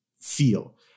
feel